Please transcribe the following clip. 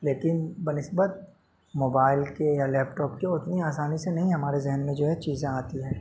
لیکن بہ نسبت موبائل کے یا لیپٹاپ کے اتنی آسانی سے نہیں ہمارے ذہن میں جو ہے چیزیں آتی ہیں